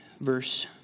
Verse